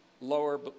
lower